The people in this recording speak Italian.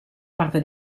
parte